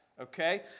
okay